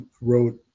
wrote